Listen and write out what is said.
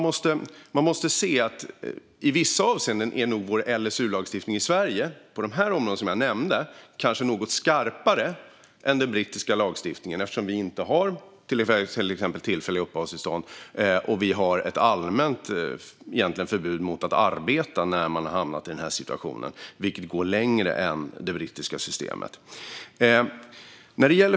Man måste se att i vissa avseenden är nog vår LSU-lagstiftning i Sverige, på de områden jag nämnde, kanske något skarpare än den brittiska lagstiftningen, eftersom vi till exempel inte har tillfälliga uppehållstillstånd. Egentligen har vi ett allmänt förbud mot att arbeta för personer som har hamnat i den situationen, vilket går längre än det brittiska systemet.